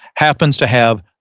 happens to have,